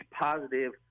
positive